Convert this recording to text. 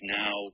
now